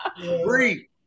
Three